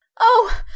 Oh